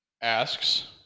asks